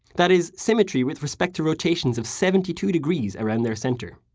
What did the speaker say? that is, symmetry with respect to rotations of seventy two degrees around their center.